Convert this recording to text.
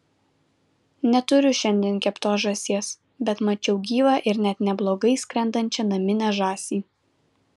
neturiu šiandien keptos žąsies bet mačiau gyvą ir net neblogai skrendančią naminę žąsį